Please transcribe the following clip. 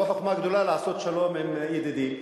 לא חוכמה גדולה לעשות שלום עם ידידים,